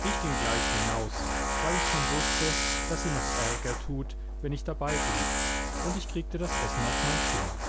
ich ging gleich hinaus weil ich schon wußte daß sie noch ärger tut wenn ich dabeiblieb und ich kriegte das essen auf mein zimmer